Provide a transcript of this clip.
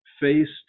faced